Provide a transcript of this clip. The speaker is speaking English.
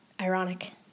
ironic